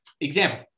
example